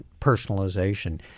personalization